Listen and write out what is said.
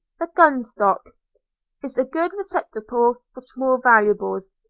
the gun-stock is a good receptacle for small valuables.